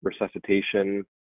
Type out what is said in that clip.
resuscitation